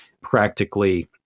practically